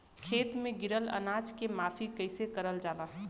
खेत में गिरल अनाज के माफ़ी कईसे करल जाला?